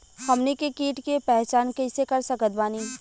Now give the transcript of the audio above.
हमनी के कीट के पहचान कइसे कर सकत बानी?